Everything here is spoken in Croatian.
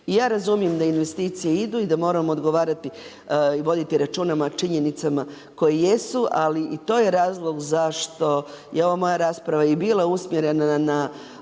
I ja razumijem da investicije idu i da moramo odgovarati i voditi računa o činjenicama koje jesu ali i to je razlog zašto je ova moja rasprava i bila usmjerena na,